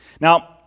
Now